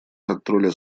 контроля